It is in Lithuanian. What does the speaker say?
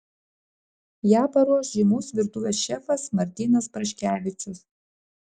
ją paruoš žymus virtuvės šefas martynas praškevičius